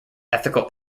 ethical